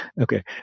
okay